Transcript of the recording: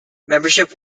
membership